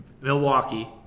Milwaukee